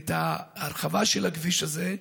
את ההרחבה של הכביש הזה,